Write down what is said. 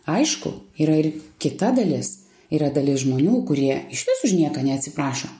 aišku yra ir kita dalis yra dalis žmonių kurie išvis už nieką neatsiprašo